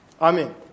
Amen